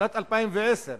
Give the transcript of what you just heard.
בשנת 2010,